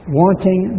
wanting